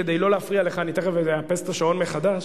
כדי לא להפריע לך אני תיכף אאפס את השעון מחדש.